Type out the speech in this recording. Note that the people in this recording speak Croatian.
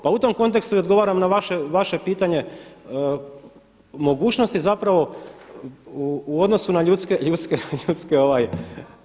Pa u tom kontekstu i odgovaram na vaše pitanje, mogućnosti zapravo u odnosu na ljudske sudbine.